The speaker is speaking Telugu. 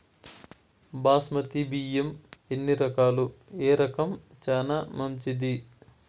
బాస్మతి బియ్యం ఎన్ని రకాలు, ఏ రకం చానా మంచిది?